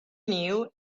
knew